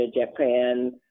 Japan